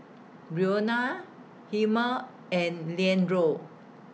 Brionna Hilmer and Leandro